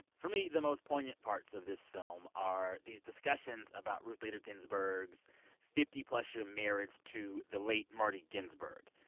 for me, the most poignant parts of this film are these discussions about ruth bader ginsburg's fifty plus year marriage to the late marty ginsburg.